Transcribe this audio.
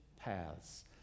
paths